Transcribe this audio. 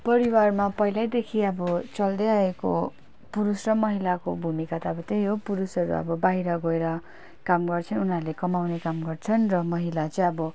परिवारमा पहिल्यैदेखि अब चल्दै आएको पुरुष र महिलाको भूमिका त अब त्यही हो पुरुषहरू अब बाहिर गएर काम गर्छ उनीहरूले कमाउने काम गर्छन् र महिला चाहिँ अब